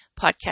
podcast